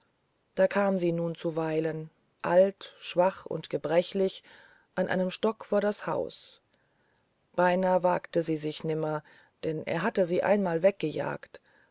da kam sie nun zuweilen alt schwach und gebrechlich an einem stock vor das haus hinein wagte sie sich nimmer denn er hatte sie einmal weggejagt